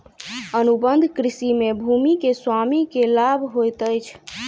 अनुबंध कृषि में भूमि के स्वामी के लाभ होइत अछि